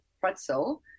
pretzel